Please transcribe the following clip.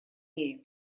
мире